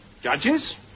judges